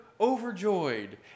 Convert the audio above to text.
overjoyed